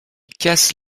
casse